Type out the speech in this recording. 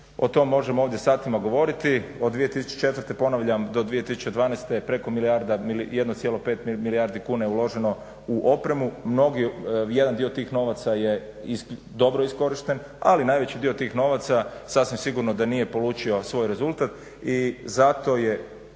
o tom možemo ovdje satima govoriti. Od 2004. ponavljam do 2012. preko milijarda, 1,5 milijardi kuna je uloženo u opremu. Mnogi, jedan dio tih novaca je dobro iskorišten. Ali najveći dio tih novaca sasvim sigurno da nije polučio svoj rezultat. I zato je